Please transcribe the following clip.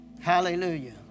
Hallelujah